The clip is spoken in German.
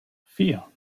vier